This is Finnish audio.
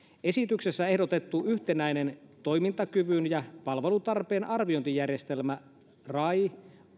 esityksessä ehdotettu yhtenäinen toimintakyvyn ja palvelutarpeen arviointijärjestelmä rai